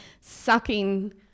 Sucking